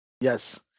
Yes